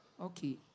Okay